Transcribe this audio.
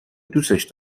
دوستش